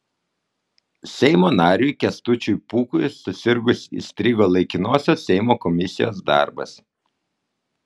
seimo nariui kęstučiui pūkui susirgus įstrigo laikinosios seimo komisijos darbas